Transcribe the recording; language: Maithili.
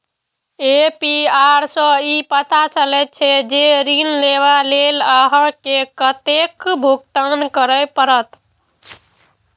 ए.पी.आर सं ई पता चलै छै, जे ऋण लेबा लेल अहां के कतेक भुगतान करय पड़त